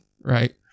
right